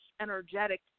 energetic